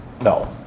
No